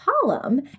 column